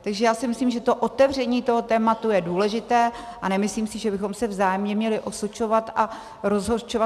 Takže já si myslím, že otevření toho tématu je důležité, a nemyslím si, že bychom se vzájemně měli osočovat a rozhořčovat.